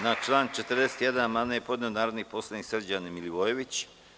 Na član 41. amandman je podneo narodni poslanik Srđan Milivojević.